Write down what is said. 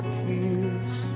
kiss